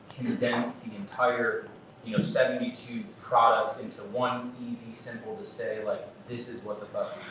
condense the entire you know seventy two products, into one easy, simple to say, like this is what the fuck